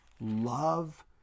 love